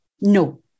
no